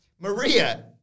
Maria